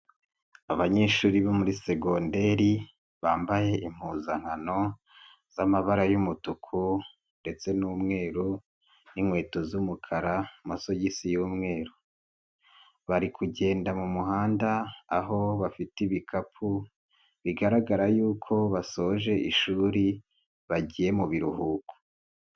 Abanyeshuri bo muri segonderi bambaye impuzankano z'amabara y'umutuku ndetse n'umweru n'inkweto z'umukara amasogisi y'umweru, bari kugenda mu muhanda aho bafite ibikapu bigaragara y'uko basoje ishuri bagiye mu biruhuko.